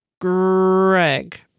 greg